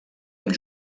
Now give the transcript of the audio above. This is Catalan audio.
amb